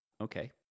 Okay